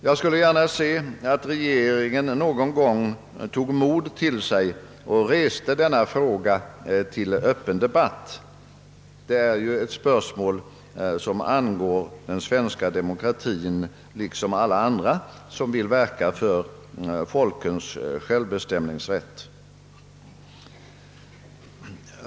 Jag skulle gärna se att regeringen någon gång toge mod till sig och tog upp denna fråga till öppen debatt; det är ju ett spörsmål som angår den svenska demokratien, liksom alla andra som vill verka för folkens självbestämmanderätt.